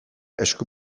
esku